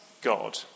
God